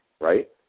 right